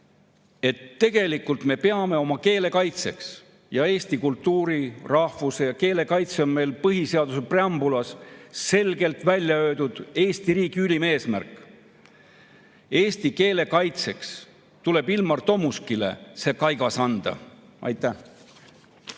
Ma tooksin selle paralleeli. Eesti kultuuri, rahvuse ja keele kaitse on meil põhiseaduse preambulis selgelt välja öeldud kui Eesti riigi ülim eesmärk. Eesti keele kaitseks tuleb Ilmar Tomuskile see kaigas anda. Aitäh!